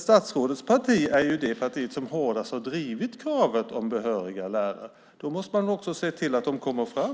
Statsrådets parti är det parti som hårdast har drivit kravet om behöriga lärare. Då måste man också se till att de kommer fram.